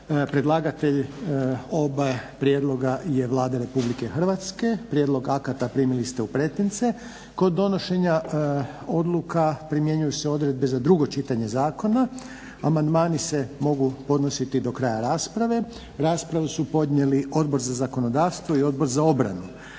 Predlagatelj oba prijedloga je Vlada Republike Hrvatske. Prijedlog akata primili ste u pretince. Kod donošenja odluka primjenjuju se odredbe za dugo čitanje zakona. Amandmani se mogu podnositi do kraja rasprave. Raspravu su podnijeli Odbor za zakonodavstvo i Odbor za obranu.